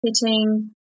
hitting